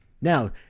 Now